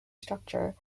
structure